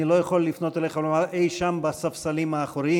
אני לא יכול לפנות אליך ולומר: אי-שם בספסלים האחוריים.